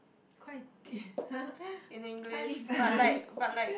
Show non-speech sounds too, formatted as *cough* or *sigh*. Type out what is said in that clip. *laughs* in English but like but like